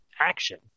action